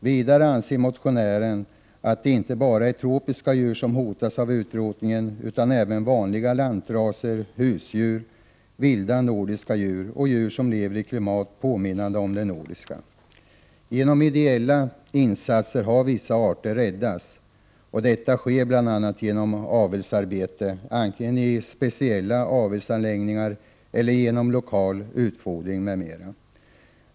Vidare säger motionärerna att det inte bara är tropiska djur som hotas av utrotning utan att även vanliga lantraser, husdjur, vilda nordiska djur och djur som lever i klimat påminnande om det nordiska hotas. Genom ideella insatser har vissa arter räddats — bl.a. genom avelsarbete, 95 antingen i speciella avelsanläggningar eller genom lokal utfodring, m.m.